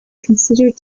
considered